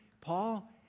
Paul